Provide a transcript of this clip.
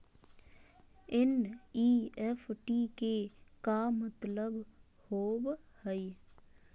NEFT के का मतलव होव हई?